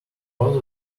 other